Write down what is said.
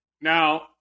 Now